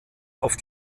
auf